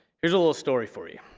here's a little story for you.